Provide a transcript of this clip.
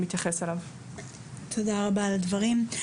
תודה רבה על הדברים.